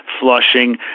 flushing